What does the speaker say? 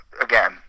again